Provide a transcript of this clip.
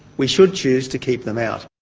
we should choose to keep them out.